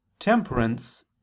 Temperance